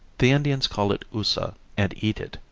the indians call it oosa, and eat it,